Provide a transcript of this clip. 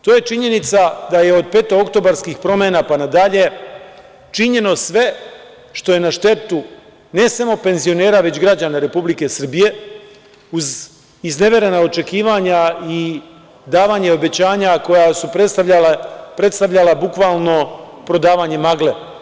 To je činjenica da je od petooktobarskih promena, pa na dalje, činjeno sve što je na štetu ne samo penzionera, već građana Republike Srbije, uz izneverena očekivanja i davanje obećanja koja su predstavljala bukvalno prodavanje magle.